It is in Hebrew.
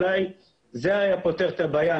זה היה אולי פותר את הבעיה.